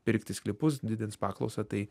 pirkti sklypus didins paklausą tai